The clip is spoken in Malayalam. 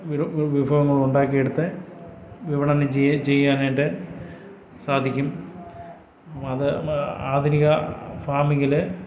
വിഭവങ്ങളുണ്ടാക്കിയെടുത്ത് വിപണനം ചെയ്യേൻ ചെയ്യാനായിട്ട് സാധിക്കും അത് ആധുനിക ഫാമിങ്ങില്